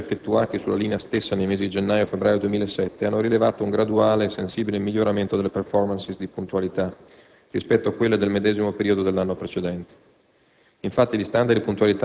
anche i monitoraggi effettuati sulla linea stessa nei mesi di gennaio e febbraio 2007 hanno rilevato un graduale e sensibile miglioramento delle *performance* di puntualità rispetto a quelle del medesimo periodo dell'anno precedente.